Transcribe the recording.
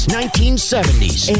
1970s